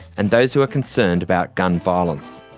and those who are concerned about gun violence.